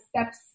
steps